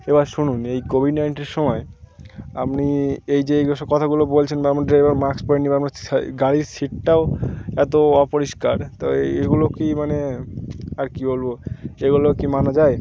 এবার শুনুন এই কোভিড নাইনটিনের সময় আপনি এই যে এই গুলো সব কথাগুলো বলছেন বা আপনা ড্রাইভার মাস্ক পরে নি বা আপনার গাড়ির সিটটাও এতো অপরিষ্কার তো এগুলো কি মানে আর কি বলবো এগুলো কি মানা যায়